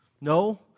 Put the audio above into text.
No